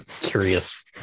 curious